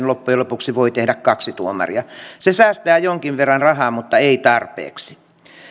loppujen lopuksi voi tehdä kaksi tuomaria se säästää jonkin verran rahaa mutta ei tarpeeksi